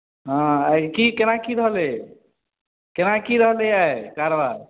हँ आइ की केना की रहलै केना की रहलै आइ कारोबार